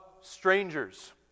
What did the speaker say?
strangers